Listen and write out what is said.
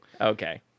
Okay